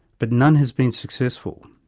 but none has been successful.